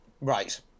Right